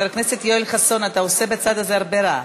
חבר הכנסת יואל חסון, אתה עושה בצד הזה הרבה רעש.